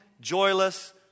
joyless